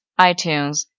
iTunes